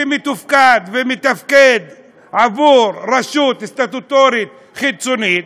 שמתוקצב ומתפקד עבור רשות סטטוטורית חיצונית,